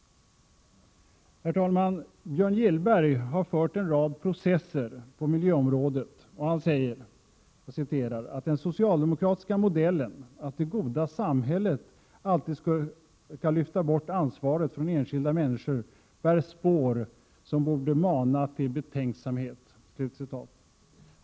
Björn Gillberg, som fört en rad processer på miljöområdet, säger ”att den socialdemokratiska modellen, att det goda samhället alltid skall lyfta bort | ansvaret från enskilda människor bär spår som borde mana till betänksamhet”.